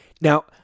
Now